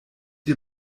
dir